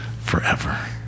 forever